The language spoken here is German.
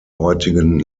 heutigen